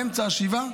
באמצע השבעה